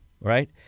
right